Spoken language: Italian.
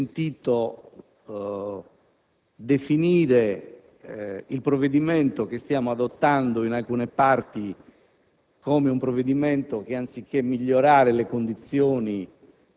Abbiamo sentito definire il programma dell'Unione roba da archeologia industriale; abbiamo sentito